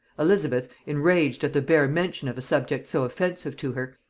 elizabeth, enraged at the bare mention of a subject so offensive to her,